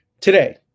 today